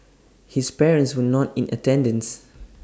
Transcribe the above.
his parents were not in attendance